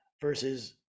versus